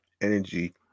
energy